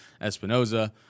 Espinoza